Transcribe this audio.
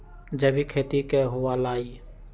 जैविक खेती की हुआ लाई?